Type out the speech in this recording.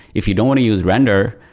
if you don't want to use render,